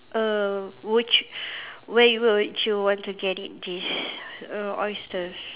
err would you where would you want to get it this err oysters